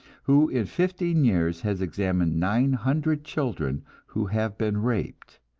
who in fifteen years has examined nine hundred children who have been raped,